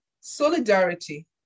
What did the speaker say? solidarity